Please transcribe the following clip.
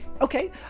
okay